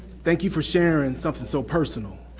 thank you for sharing something so personal.